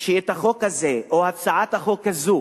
שאת הצעת החוק הזאת